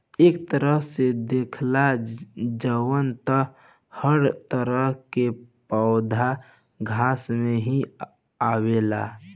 एक तरह से देखल जाव त हर तरह के पौधा घास में ही आवेला